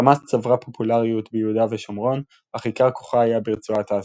חמאס צברה פופולריות ביהודה ושומרון אך עיקר כוחה היה ברצועת עזה,